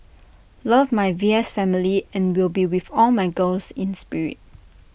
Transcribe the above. love my V S family and will be with all my girls in spirit